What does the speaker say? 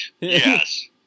yes